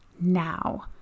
now